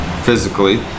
physically